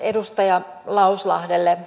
edustaja lauslahdelle